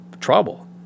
trouble